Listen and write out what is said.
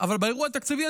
אבל באירוע התקציבי,